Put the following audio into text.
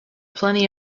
plenty